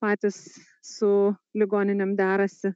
patys su ligoninėm derasi